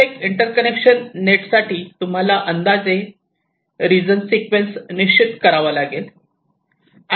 प्रत्येक interconnection net साठी तुम्हाला अंदाजे रिजन सिक्वेन्स निश्चित करावा लागेल